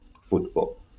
football